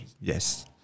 yes